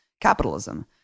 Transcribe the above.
capitalism